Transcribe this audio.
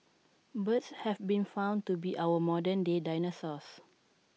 birds have been found to be our modern day dinosaurs